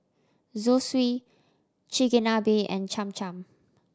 Zosui Chigenabe and Cham Cham